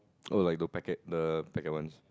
oh like the packet the packet ones